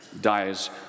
dies